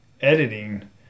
editing